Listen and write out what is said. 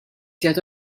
sigħat